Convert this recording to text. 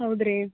ಹೌದು ರೀ